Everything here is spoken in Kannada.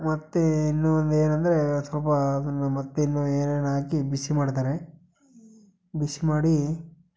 ಮತ್ತು ಇನ್ನೂ ಒಂದು ಏನಂದರೆ ಒಂದು ಸ್ವಲ್ಪ ಅದನ್ನು ಮತ್ತು ಇನ್ನೂ ಏನೇನು ಹಾಕಿ ಬಿಸಿ ಮಾಡ್ತಾರೆ ಬಿಸಿ ಮಾಡಿ